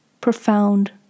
profound